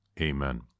Amen